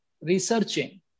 researching